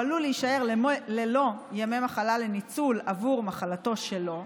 עלול להישאר ללא ימי מחלה לניצול עבור מחלתו שלו,